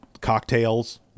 cocktails